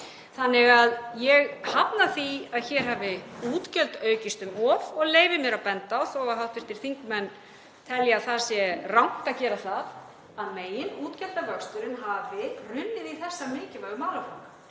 aðgerðum. Ég hafna því að hér hafi útgjöld aukist um of og leyfi mér að benda á, þó að hv. þingmenn telji að það sé rangt að gera það, að meginútgjaldavöxturinn hefur runnið í þessa mikilvægu málaflokka.